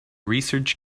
research